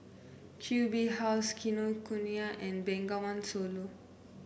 Q B House Kinokuniya and Bengawan Solo